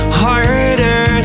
harder